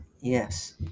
Yes